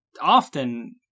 often